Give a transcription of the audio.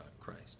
Christ